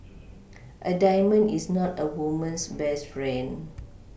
a diamond is not a woman's best friend